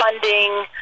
funding